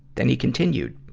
then he continued.